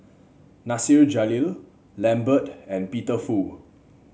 Nasir Jalil Lambert and Peter Fu